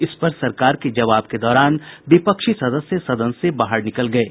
इस पर सरकार के जवाब के दौरान विपक्षी सदस्य सदन से बाहर निकल गये